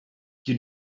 you